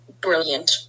brilliant